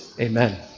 Amen